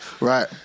Right